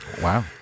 Wow